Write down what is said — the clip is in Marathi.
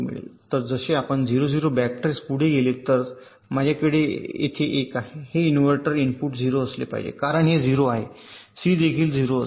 तर जसे आपण 0 0 बॅक ट्रेस पुढे गेले तर माझ्याकडे येथे 1 आहे हे इन्व्हर्टर इनपुट 0 असले पाहिजे कारण हे 0 आहे सी देखील 0 असेल